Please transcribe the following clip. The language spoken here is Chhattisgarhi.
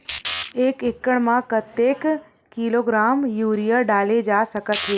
एक एकड़ म कतेक किलोग्राम यूरिया डाले जा सकत हे?